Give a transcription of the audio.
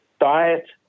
diet